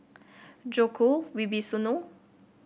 Djoko Wibisono